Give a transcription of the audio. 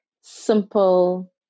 simple